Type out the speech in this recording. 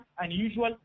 unusual